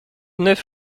neuf